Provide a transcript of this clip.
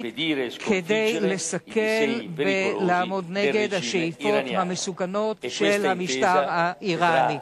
כדי לסכל את השאיפות המסוכנות של המשטר האירני.